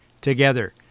together